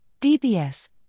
DBS